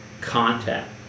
content